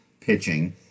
pitching